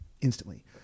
instantly